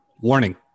Warning